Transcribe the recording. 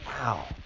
Wow